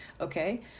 okay